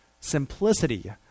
simplicity